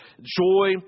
joy